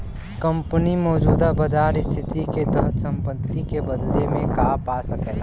company मौजूदा बाजार स्थिति के तहत संपत्ति के बदले में का पा सकला